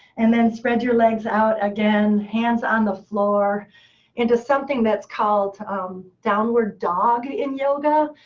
and then spread your legs out again. hands on the floor into something that's called um downward dog in yoga.